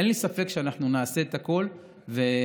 אין לי ספק שאנחנו נעשה את הכול ונדאג